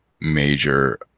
major